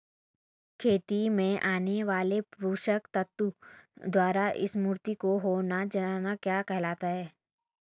खेतों में आने वाले पोषक तत्वों द्वारा समृद्धि हो जाना क्या कहलाता है?